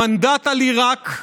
המנדט על עיראק,